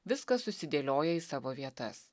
viskas susidėlioja į savo vietas